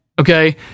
okay